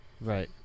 Right